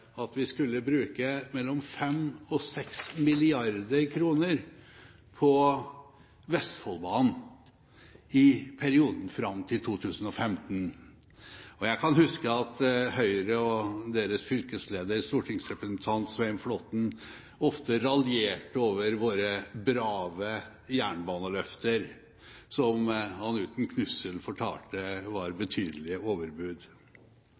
at vi skulle bruke mellom 5 og 6 mrd. kr på Vestfoldbanen i perioden fram til 2015. Jeg kan huske at Høyre og deres fylkesleder, stortingsrepresentant Svein Flåtten, ofte raljerte over våre brave jernbaneløfter, som han uten knussel fortalte var betydelige overbud.